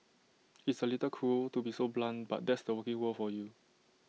it's A little cruel to be so blunt but that's the working world for you